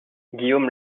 guillaume